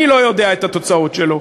אני לא יודע את התוצאות שלו,